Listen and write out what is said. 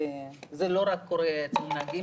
לא קורה רק אצל נהגים,